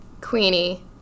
Queenie